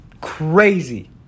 crazy